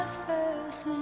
first